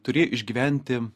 turėjo išgyventi